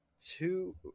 two